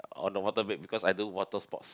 on the water bed because I do water sports